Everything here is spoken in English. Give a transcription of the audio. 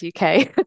UK